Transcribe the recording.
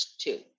two